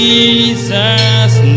Jesus